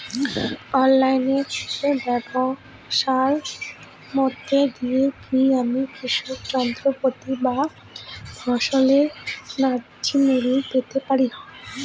অনলাইনে ব্যাবসার মধ্য দিয়ে কী আমি কৃষি যন্ত্রপাতি বা ফসলের ন্যায্য মূল্য পেতে পারি?